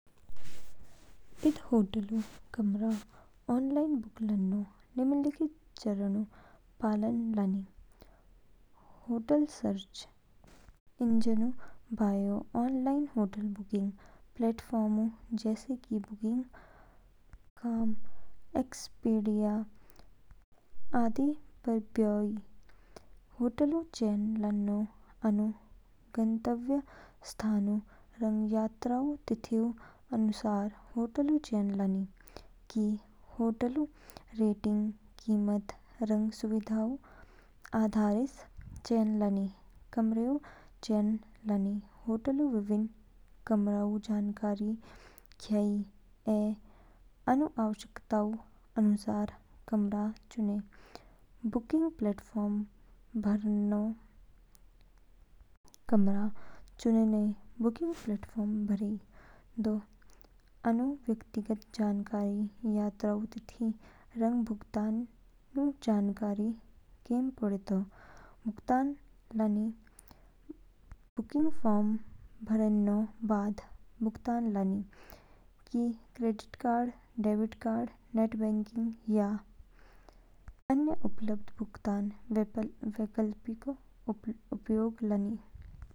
इद होटलऊ कमरा online book लानो निम्नलिखित चरणों का पालन लानी। होटल सर्च इंजनऊ बयोई ऑनलाइन होटल बुकिंग प्लेटफ़ॉर्मऊ जैसे कि booking com, Expedia, MakeMyTrip, Goibibo आदि पर बयोई। होटलऊ चयन लानो आनु गंतव्य स्थानऊ रंग यात्राऊ तिथियोंऊ अनुसार होटलऊ चयन लानी। कि होटलऊ रेटिंग, कीमत, रंग सुविधाऊ आधारइस चयन लानी। कमरेऊ चयन लानी होटलऊ विभिन्न कमरोंऊ जानकारी खयाई ऐ आनु आवश्यकताओंऊ अनुसार कमरा चुनें। बुकिंग फ़ॉर्म भरेनो कमरा चुनेने, बुकिंग फ़ॉर्म भरेई। दो आनु व्यक्तिगत जानकारी, यात्राऊ तिथियाँ, रंग भुगतानऊ जानकारी केम पड़ेतो। भुगतान लानी बुकिंग फ़ॉर्म भरेनो बाद, भुगतान लानी। कि credit card, debit card, net banking, या अन्य उपलब्ध भुगतान विकल्पोंऊ उपयोग लान्च।